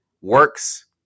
works